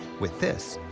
with this,